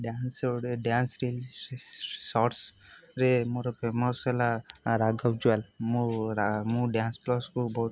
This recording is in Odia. ଡ଼୍ୟାନ୍ସ ଡ଼୍ୟାନ୍ସରେ ସର୍ଟସ୍ରେ ମୋର ଫେମସ୍ ହେଲା ରାଘବ୍ ଜୁ୍ୱାଲ୍ ମୁଁ ରା ମୁଁ ଡ଼୍ୟାନ୍ସ ପ୍ଲସ୍କୁ ବହୁତ